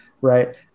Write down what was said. right